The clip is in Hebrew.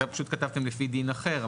פשוט כתבתם לפי דין אחר,